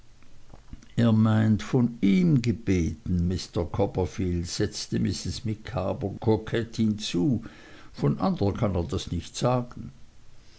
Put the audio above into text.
von ihm gebeten mr copperfield setzte mrs micawber kokett hinzu von andern kann er das nicht sagen